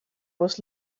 was